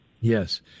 Yes